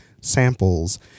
samples